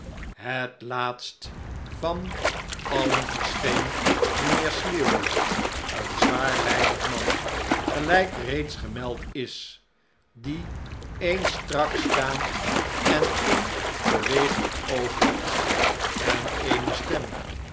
behet laatst van alien verscheen mijnheer sleary een zwaarlijvig man gelijk reeds gemeid is die een strakstaand en een beweeglijk oog had en eene stem